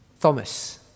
Thomas